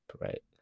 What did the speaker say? Right